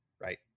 right